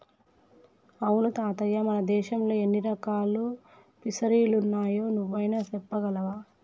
అవును తాతయ్య మన దేశంలో ఎన్ని రకాల ఫిసరీలున్నాయో నువ్వైనా సెప్పగలవా